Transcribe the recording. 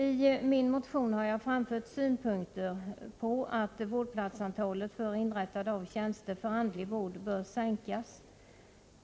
I min motion har jag framfört synpunkter på att vård platsantalet för inrättande av tjänster för andlig vård bör minskas.